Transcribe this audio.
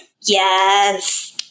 Yes